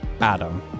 Adam